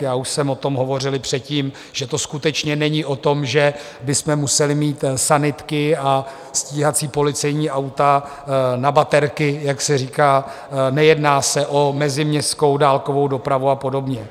Já už jsem o tom hovořil i předtím, že to skutečně není o tom, že bychom museli mít sanitky a stíhací policejní auta na baterky, jak se říká, nejedná se o meziměstskou dálkovou dopravu a podobně.